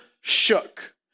shook